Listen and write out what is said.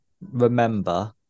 remember